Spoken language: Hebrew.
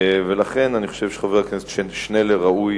ולכן אני חושב שחבר הכנסת שנלר ראוי